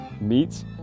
meats